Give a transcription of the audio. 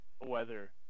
weather